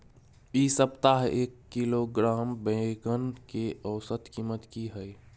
इ सप्ताह एक किलोग्राम बैंगन के औसत कीमत की हय?